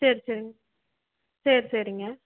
சரி சரிங்க சரி சரிங்க